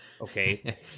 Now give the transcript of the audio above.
Okay